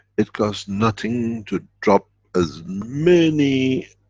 it's because nothing to drop as many.